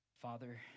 Father